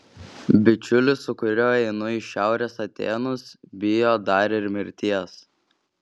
bičiulis su kuriuo einu į šiaurės atėnus bijo dar ir mirties